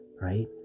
right